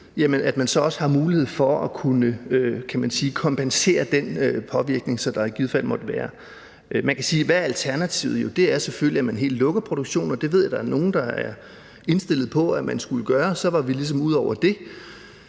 så også er en mulighed for at kunne kompensere den påvirkning, som der i givet fald måtte være. Man kan spørge: Hvad er alternativet? Jo, det er selvfølgelig, at man helt lukker produktionen, og det ved jeg at der er nogle der er indstillet på at man skulle gøre, og så var vi ligesom ude over det.